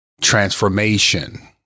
transformation